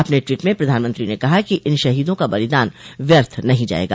अपने ट्वीट में प्रधानमंत्री ने कहा कि इन शहीदों का बलिदान व्यर्थ नहीं जाएगा